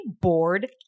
bored